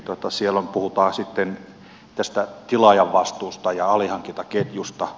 eli siellä puhutaan tästä tilaajan vastuusta ja alihankintaketjusta